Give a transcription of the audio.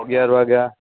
અગિયાર વાગ્યા